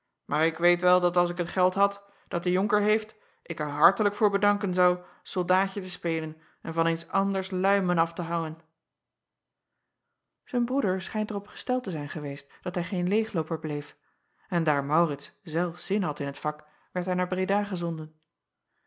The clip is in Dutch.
maar ik weet wel dat als ik het geld had dat de onker heeft ik er hartelijk voor bedanken zou soldaatje te spelen en van eens anders luimen af te hangen ijn broeder schijnt er op gesteld te zijn geweest dat hij geen leêglooper bleef en daar aurits zelf zin had in het vak werd hij naar reda gezonden